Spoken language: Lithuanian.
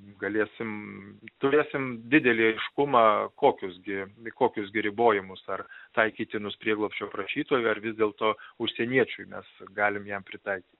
galėsim turėsim didelį aiškumą kokius gi į kokius gi ribojimus ar taikytinus prieglobsčio prašytojui ar vis dėlto užsieniečiui mes galim jam pritaikyt